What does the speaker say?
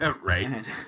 right